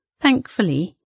Thankfully